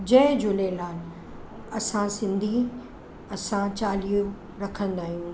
जय झूलेलाल असां सिंधी असां चालीहो रखंदा आहियूं